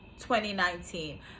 2019